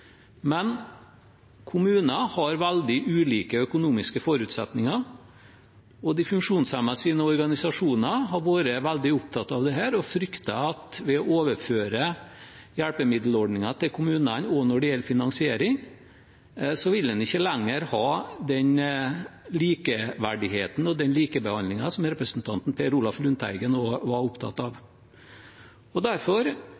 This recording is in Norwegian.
men kommuner har veldig ulike økonomiske forutsetninger. De funksjonshemmedes organisasjoner har vært veldig opptatt av dette og frykter at ved å overføre hjelpemiddelordningen til kommunene også når det gjelder finansiering, så vil en ikke lenger ha den likeverdigheten og den likebehandlingen som representanten Lundteigen også var opptatt av. Derfor